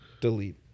Delete